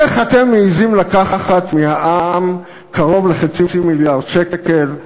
איך אתם מעזים לקחת מהעם קרוב לחצי מיליארד שקל?